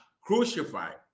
crucified